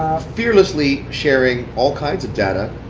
fearlessly sharing all kinds of data,